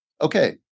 okay